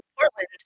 Portland